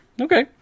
Okay